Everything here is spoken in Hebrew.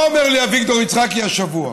מה אומר לי אביגדור יצחקי השבוע?